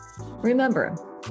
Remember